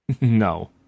No